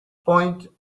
point